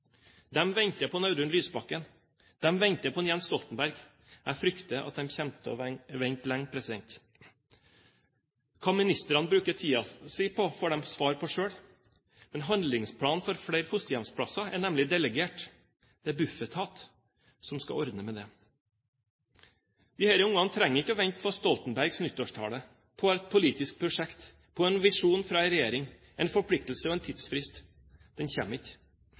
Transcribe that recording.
venter på Audun Lysbakken. De venter på Jens Stoltenberg. Jeg frykter de kommer til å vente lenge. Hva ministrene bruker tiden sin på, får de svare på selv. En handlingsplan for flere fosterhjemsplasser er nemlig delegert. Det er Bufetat som skal ordne med det. Disse ungene trenger ikke å vente på Stoltenbergs nyttårstale, på et politisk prosjekt, på en visjon fra en regjering, en forpliktelse og en tidsfrist – den kommer ikke.